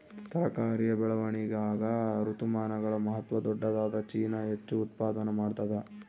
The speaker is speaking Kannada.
ತರಕಾರಿಯ ಬೆಳವಣಿಗಾಗ ಋತುಮಾನಗಳ ಮಹತ್ವ ದೊಡ್ಡದಾದ ಚೀನಾ ಹೆಚ್ಚು ಉತ್ಪಾದನಾ ಮಾಡ್ತದ